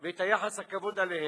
ואת יחס הכבוד אליהן.